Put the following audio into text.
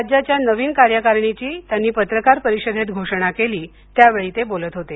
राज्याच्या नवीन कार्य कारिणीची त्यांनी पत्रकार परिषदेत घोषणाकेली त्यावेळी ते बोलत होते